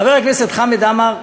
חבר הכנסת חמד עמאר,